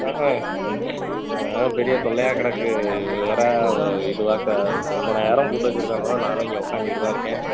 ஆஹு இது என்னாண்ணா பெரிய தொல்லையாக கிடக்கு இது வேறு இதுவாக க ரொம்ப நேரம் போட்டு வச்சிருக்கானுக நானும் இங்கே உட்காந்துக்கிட்டுதான் இருக்கேன்